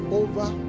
over